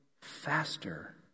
faster